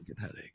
headache